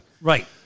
Right